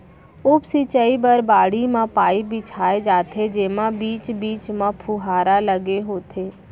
उप सिंचई बर बाड़ी म पाइप बिछाए जाथे जेमा बीच बीच म फुहारा लगे होथे